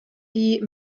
die